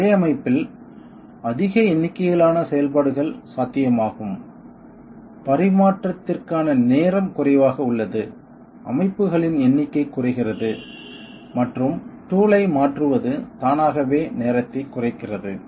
ஒரே அமைப்பில் அதிக எண்ணிக்கையிலான செயல்பாடுகள் சாத்தியமாகும் பரிமாற்றத்திற்கான நேரம் குறைவாக உள்ளது அமைப்புகளின் எண்ணிக்கை குறைகிறது மற்றும் டூல் ஐ மாற்றுவது தானாகவே நேரத்தைக் குறைக்கிறது